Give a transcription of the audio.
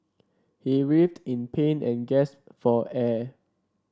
he writhed in pain and gasped for air